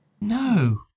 no